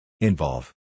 Involve